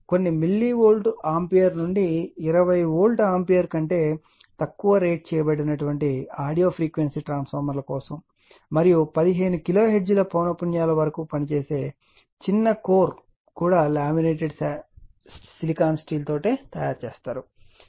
కొన్ని millivolt ampere నుండి 20 volt ampere కంటే తక్కువ రేట్ చేయబడిన ఆడియో ఫ్రీక్వెన్సీ ట్రాన్స్ఫార్మర్ల కోసం మరియు 15 కిలోహెర్ట్జ్ పౌనపున్యాల వరకు పనిచేసే చిన్న కోర్ కూడా లామినేటెడ్ సిలికాన్ స్టీల్ తో తయారు చేయబడింది